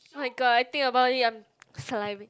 oh-my-god I think about it I'm salivating